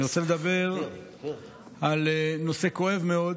אני רוצה לדבר על נושא כואב מאוד